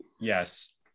yes